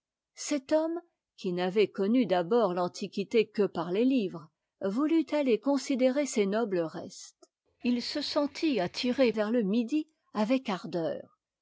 cet homme qui n'avait connu d'abord l'antiquité que par les livres voulut aller considérer ses nobles restes il se sentit attiré vers le midi avec ardeur